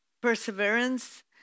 perseverance